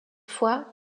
fois